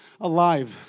alive